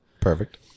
Perfect